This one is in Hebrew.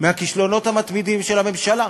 מהכישלונות המתמידים של הממשלה.